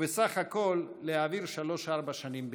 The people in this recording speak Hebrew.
ובסך הכול להעביר שלוש-ארבע שנים בכיף.